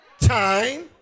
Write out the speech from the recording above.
time